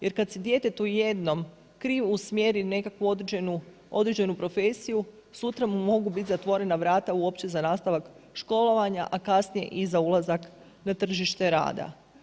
Jer kad se djetetu jednom krivo usmjeri nekakvu određenu profesiju sutra mu mogu bit zatvorena vrata uopće za nastavak školovanja, a kasnije i za ulazak na tržište rada.